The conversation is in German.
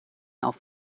auf